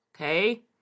okay